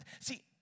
see